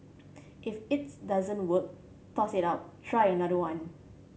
if its doesn't work toss it out try another one